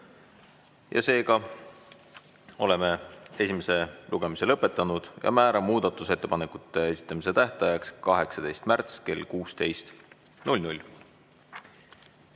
Seega oleme esimese lugemise lõpetanud. Määran muudatusettepanekute esitamise tähtajaks 18. märtsi kell 16.